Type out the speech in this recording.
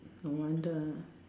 no wonder